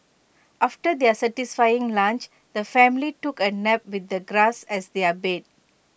after their satisfying lunch the family took A nap with the grass as their bed